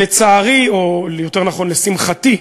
לצערי, או יותר נכון לשמחתי,